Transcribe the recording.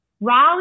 Raleigh